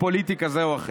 לדעתנו,